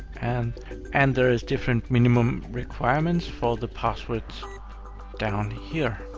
and and there is different minimum requirements for the passwords down here.